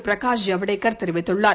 பிரகாஷ் ஜவடேக்கர் தெரிவித்துள்ளார்